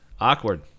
Awkward